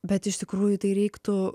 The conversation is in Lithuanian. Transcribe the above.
bet iš tikrųjų tai reiktų